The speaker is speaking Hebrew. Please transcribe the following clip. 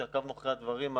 שעקבנו אחרי הדברים,